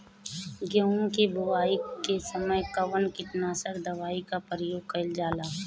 गेहूं के बोआई के समय कवन किटनाशक दवाई का प्रयोग कइल जा ला?